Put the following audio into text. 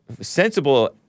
Sensible